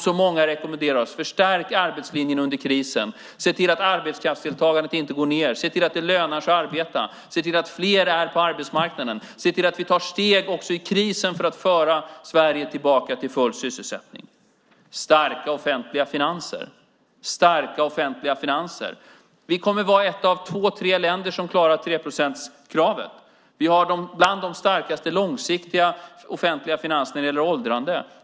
Så många rekommenderar oss att förstärka arbetslinjen under krisen, att se till att arbetskraftsdeltagandet inte minskar, att se till att det lönar sig att arbeta, att se till att fler är på arbetsmarknaden och att se till att vi tar steg också i krisen för att föra Sverige tillbaka till full sysselsättning. När det gäller starka offentliga finanser kommer vi att vara ett av två tre länder som klarar treprocentskravet. Vi har bland de starkaste långsiktiga offentliga finanserna när det gäller åldrande.